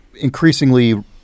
increasingly